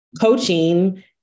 coaching